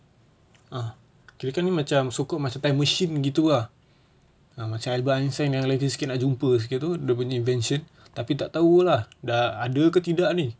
uh kira-kira ni macam so called macam time machine begitu ah uh macam advance yang lain sikit nak jumpa sikit tu dia punya invention tapi tak tahu lah dah ada ke tidak ni